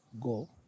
go